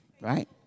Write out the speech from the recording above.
right